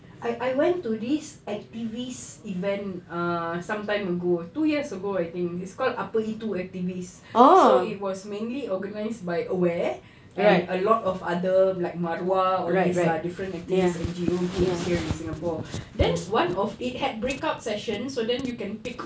I I went to this activist event ah some time ago two years ago I think it's called apa itu activist so it was mainly organized by AWARE and a lot of other like MARUAH all this ah different activists and N_G_O groups here in singapore then one of it had breakup session so then you can pick